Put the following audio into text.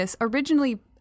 originally